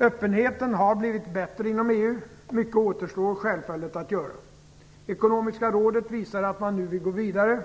Öppenheten har blivit bättre inom EU. Mycket återstår självfallet att göra. Ekonomiska rådet visar att man nu vill gå vidare.